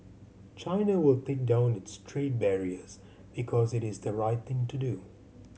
China will take down its trade barriers because it is the right thing to do